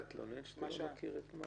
מתלונן שאתה לא מכיר את מאגרי המידע?